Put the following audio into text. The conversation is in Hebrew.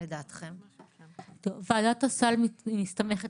ועדת הסל מסתמכת